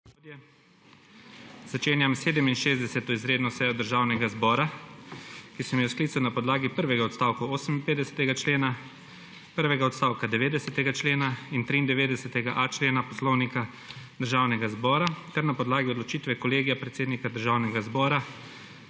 Začenjam 67. izredno sejo Državnega zbora, ki sem jo sklical na podlagi prvega odstavka 58. člena, prvega odstavka 90. člena in 93.a člena Poslovnika Državnega zbora ter na podlagi odločitve Kolegija predsednika Državnega zbora,